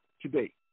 today